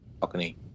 balcony